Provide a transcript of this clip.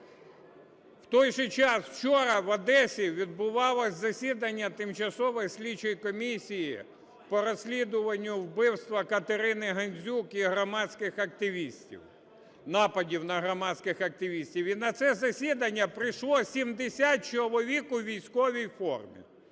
У той же час, учора в Одесі відбувалося засідання Тимчасової слідчої комісії по розслідуванню вбивства Катерини Гандзюк і громадських активістів, нападів на громадських активістів. І на це засідання прийшло 70 чоловік у військовій формі.